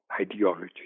ideology